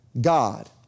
God